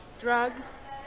drugs